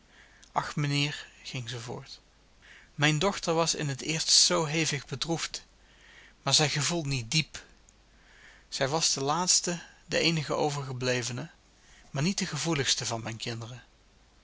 ach mijnheer ging zij voort mijne dochter was in t eerst zoo hevig bedroefd maar zij gevoelt niet diep zij was de laatste de eenige overgeblevene maar niet de gevoeligste van mijn kinderen